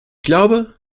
glaube